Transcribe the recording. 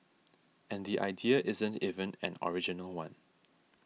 and the idea isn't even an original one